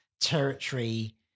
territory